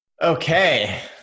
Okay